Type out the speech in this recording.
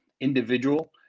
individual